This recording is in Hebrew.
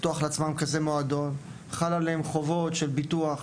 לעצמם כזה מועדון חלות עליהם חובות של ביטוח,